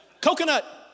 Coconut